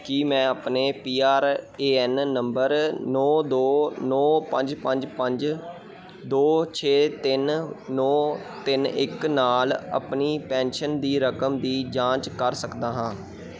ਕੀ ਮੈਂ ਆਪਣੇ P R A N number ਨੌਂ ਦੋ ਨੌਂ ਪੰਜ ਪੰਜ ਪੰਜ ਦੋ ਛੇ ਤਿੰਨ ਨੌਂ ਤਿੰਨ ਇੱਕ ਨਾਲ ਆਪਣੀ ਪੈਨਸ਼ਨ ਦੀ ਰਕਮ ਦੀ ਜਾਂਚ ਕਰ ਸਕਦਾ ਹਾਂ